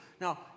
Now